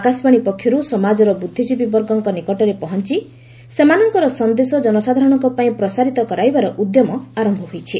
ଆକାଶବାଣୀ ପକ୍ଷରୁ ସମାଜର ବୁଦ୍ଧିଜୀବୀବର୍ଗଙ୍କ ନିକଟରେ ପହଞ୍ଚ ସେମାନଙ୍କର ସନ୍ଦେଶ ଜନସାଧାରଣଙ୍କ ପାଇଁ ପ୍ରସାରିତ କରାଇବାର ଉଦ୍ୟମ ଆରମ୍ଭ ହୋଇଛି